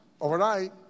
overnight